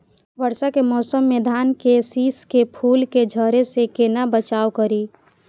वर्षा के मौसम में धान के शिश के फुल के झड़े से केना बचाव करी?